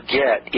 get